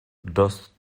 dost